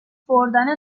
بردن